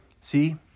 See